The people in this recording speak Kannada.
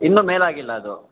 ಇನ್ನೂ ಮೇಲಾಗಿಲ್ಲ ಅದು